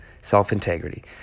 Self-integrity